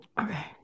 Okay